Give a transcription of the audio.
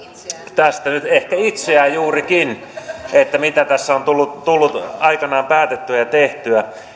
tästä nyt ehkä itseään juurikin siitä mitä tässä on tullut tullut aikanaan päätettyä ja tehtyä